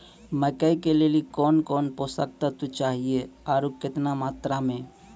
मकई के लिए कौन कौन पोसक तत्व चाहिए आरु केतना मात्रा मे?